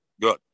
Good